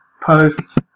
posts